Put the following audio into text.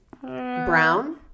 Brown